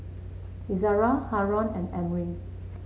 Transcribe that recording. Izzara Haron and Amrin